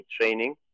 training